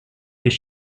his